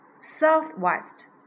southwest